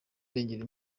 arengera